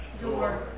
Door